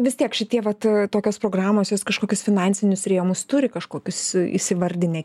vis tiek šitie vat tokios programos jos kažkokius finansinius rėmus turi kažkokius įsivardinę